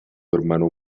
hermano